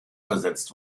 versetzt